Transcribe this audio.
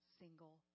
single